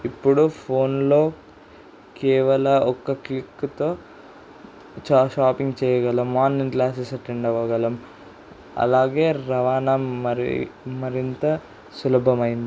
ఇప్పుడు ఫోన్లో కేవలం ఒక్క క్లిక్తో చాల షాపింగ్ చేయగలం ఆన్లైన్ క్లాసెస్ అటెండ్ అవ్వగలం అలాగే రవాణా మరి మరింత సులభమైంది